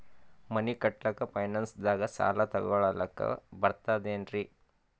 ಮನಿ ಕಟ್ಲಕ್ಕ ಫೈನಾನ್ಸ್ ದಾಗ ಸಾಲ ತೊಗೊಲಕ ಬರ್ತದೇನ್ರಿ?